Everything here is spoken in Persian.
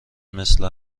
مثل